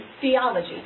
theology